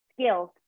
skills